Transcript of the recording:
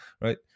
right